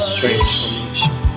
transformation